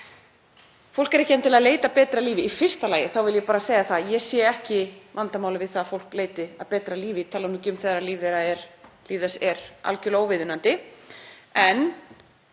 Fólk er ekki endilega að leita að betra lífi. Í fyrsta lagi vil ég bara segja að ég sé ekki vandamál við það að fólk leiti að betra lífi, ég tala nú ekki um þegar líf þess er algerlega óviðunandi.